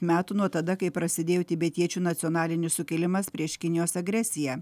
metų nuo tada kai prasidėjo tibetiečių nacionalinis sukilimas prieš kinijos agresiją